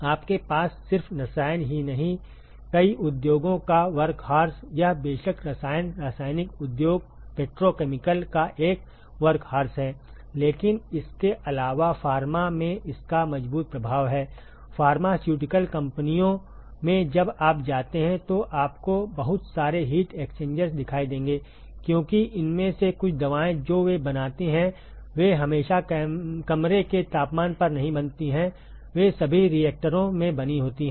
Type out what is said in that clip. आपके पास सिर्फ रसायन ही नहीं कई उद्योगों का वर्कहॉर्सयह बेशक रसायन रासायनिक उद्योग पेट्रोकेमिकल का एक वर्कहॉर्स है लेकिन इसके अलावा फार्मा में इसका मजबूत प्रभाव हैफार्मास्युटिकल कंपनियों में जब आप जाते हैं तो आपको बहुत सारे हीट एक्सचेंजर्स दिखाई देंगे क्योंकि इनमें से कुछ दवाएं जो वे बनाती हैं वे हमेशा कमरे के तापमान पर नहीं बनती हैं वे सभी रिएक्टरों में बनी होती हैं